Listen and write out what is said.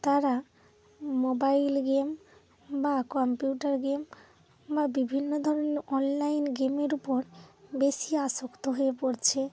তারা mobile game বা computer game বা বিভিন্ন ধরনের অনলাইন গেমের উপর বেশি আসক্ত হয়ে পড়ছে